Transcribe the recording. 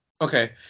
Okay